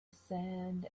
sand